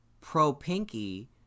pro-pinky